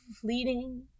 fleeting